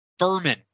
Furman